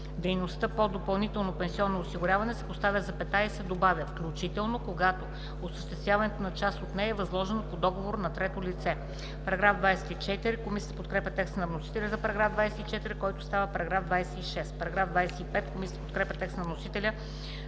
„дейността по допълнително пенсионно осигуряване“ се поставя запетая и се добавя „включително когато осъществяването на част от нея е възложено по договор на трето лице“. Комисията подкрепя текста на вносителя за § 24, който става § 26. Комисията подкрепя текста на вносителя